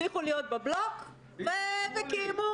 הבטיחו להיות בבלוק וקיימו.